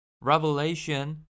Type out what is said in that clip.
Revelation